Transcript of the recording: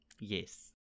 Yes